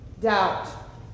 doubt